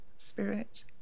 spirit